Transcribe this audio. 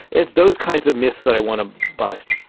it's those kinds of myths that i want to bust.